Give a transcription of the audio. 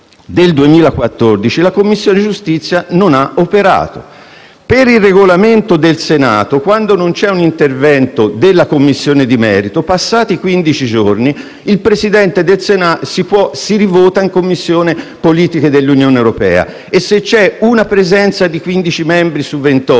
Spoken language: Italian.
del 2014 la Commissione giustizia non ha operato. Per il Regolamento del Senato, quando non c'è un intervento della Commissione di merito, passati quindici giorni, si rivota in Commissione politiche dell'Unione europea e, se c'è la presenza di 15 membri su 28